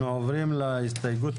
אנחנו עוברים להסתייגות